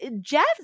Jeff